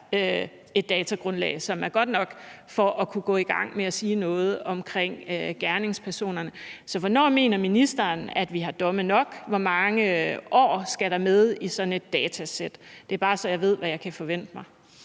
et datagrundlag, som er godt nok til at kunne gå i gang med at sige noget om gerningspersonerne. Så hvornår mener ministeren at vi har domme nok? Hvor mange år skal der med i sådan et datasæt? Det er bare, så jeg ved, hvad jeg kan forvente mig.